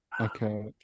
Okay